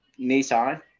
Nissan